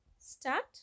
start